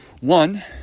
One